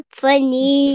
funny